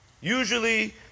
Usually